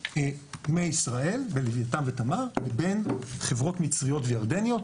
מישראל בלותן ותמר ובין חברות מצריות וירדניות,